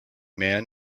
man